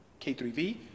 K3V